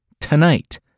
Tonight